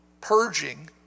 Purging